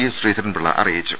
S Sreedharan Pillai അറി യിച്ചു